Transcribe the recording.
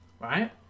right